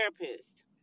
therapist